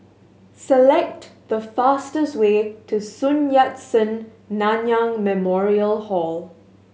select the fastest way to Sun Yat Sen Nanyang Memorial Hall